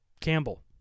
Campbell